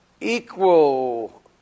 equal